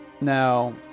Now